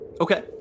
Okay